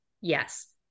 Yes